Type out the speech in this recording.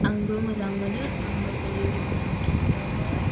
आंबो मोजां मोनो आंबो गोरलैनिफ्रायनो आखियोमोन